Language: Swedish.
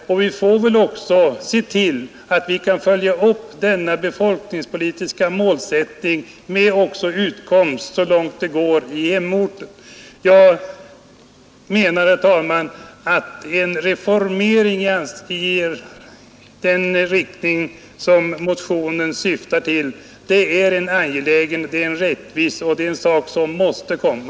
Därför måste vi också se till att vi så långt det går följer upp denna befolkningspolitiska målsättning med utkomstmöjligheter i hemorten. Jag menar, herr talman, att en reformering i den riktning som motionen syftar till är en angelägen och rättvis sak och någonting som måste komma.